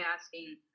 asking